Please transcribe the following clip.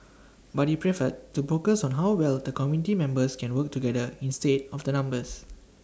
but he preferred to focus on how well the committee members can work together instead of the numbers